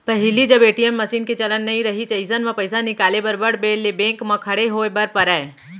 पहिली जब ATM machine के चलन नइ रहिस अइसन म पइसा निकाले बर बड़ बेर ले बेंक म खड़े होय बर परय